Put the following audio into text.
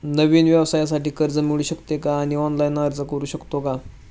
नवीन व्यवसायासाठी कर्ज मिळू शकते का आणि ऑनलाइन अर्ज करू शकतो का?